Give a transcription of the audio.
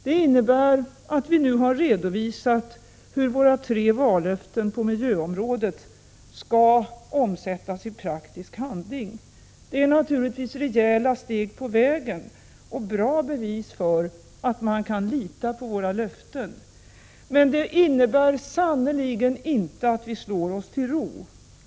Det innebär att vi nu har redovisat hur våra tre vallöften på miljöområdet skall omsättas i praktisk handling. Det är naturligtvis rejäla steg på vägen och bra bevis för att man kan lita på våra löften. Men det innebär sannerligen inte att vi slår oss till ro.